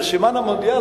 בסימן המונדיאל,